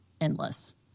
endless